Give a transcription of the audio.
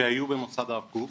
שהיו במוסד הרב קוק,